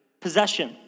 possession